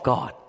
God